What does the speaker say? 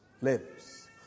lives